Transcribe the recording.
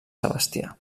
sebastià